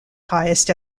highest